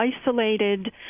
isolated